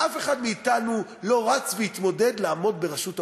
אף אחד מאתנו לא רץ והתמודד לעמוד בראשות האופוזיציה,